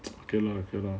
okay lah okay lah